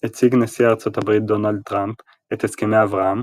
הציג נשיא ארצות הברית דונלד טראמפ את הסכמי אברהם,